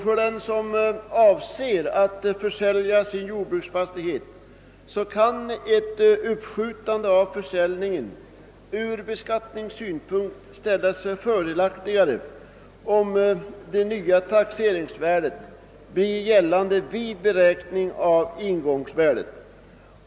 För den som avser att sälja sin jordbruksfastighet kan ett uppskjutande av försäljningen ur beskattningssynpunkt ställa sig fördelaktigare, om det nya taxeringsvärdet blir gällande vid beräkningen av ingångsvärdet.